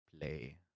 play